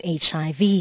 HIV